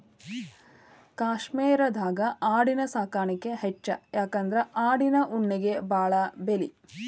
ಕಾಶ್ಮೇರದಾಗ ಆಡಿನ ಸಾಕಾಣಿಕೆ ಹೆಚ್ಚ ಯಾಕಂದ್ರ ಆಡಿನ ಉಣ್ಣಿಗೆ ಬಾಳ ಬೆಲಿ